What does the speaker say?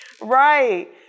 right